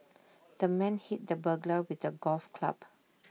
the man hit the burglar with A golf club